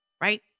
right